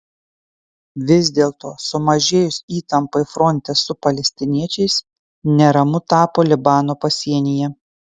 vis dėlto sumažėjus įtampai fronte su palestiniečiais neramu tapo libano pasienyje